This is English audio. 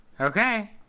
Okay